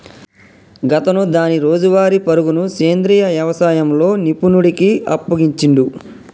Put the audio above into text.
గాతను దాని రోజువారీ పరుగును సెంద్రీయ యవసాయంలో నిపుణుడికి అప్పగించిండు